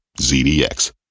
ZDX